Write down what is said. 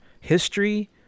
history